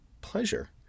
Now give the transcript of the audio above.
pleasure